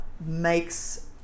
makes